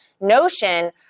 notion